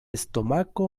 stomako